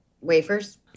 wafers